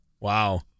Wow